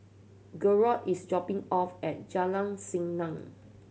gerold is dropping off at Jalan Senang